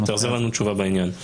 כן, תחזיר לנו תשובה בעניין.